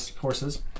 horses